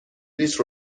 لیتر